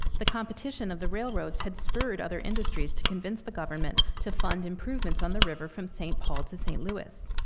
the competition of the railroads had spurred other industries to convince the government to fund improvements on the river from st. paul to st. louis.